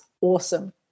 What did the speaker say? awesome